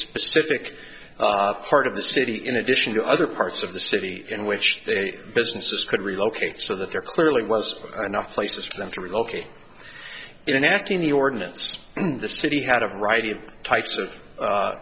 specific part of the city in addition to other parts of the city in which they businesses could relocate so that there clearly was enough places for them to relocate in acting the ordinance in the city had a variety of types of